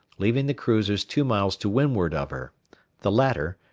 leaving the cruisers two miles to windward of her the latter,